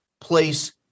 place